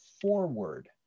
forward